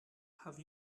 have